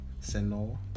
Senor